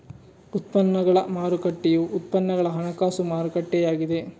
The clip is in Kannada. ಉತ್ಪನ್ನಗಳ ಮಾರುಕಟ್ಟೆಯು ಉತ್ಪನ್ನಗಳ ಹಣಕಾಸು ಮಾರುಕಟ್ಟೆಯಾಗಿದೆ